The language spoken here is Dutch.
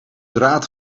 draad